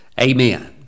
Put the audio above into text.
amen